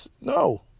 No